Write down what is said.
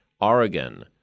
Oregon